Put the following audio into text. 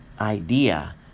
idea